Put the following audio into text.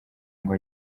ngo